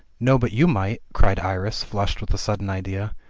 no, but you might, cried iris, flushed with a sudden idea.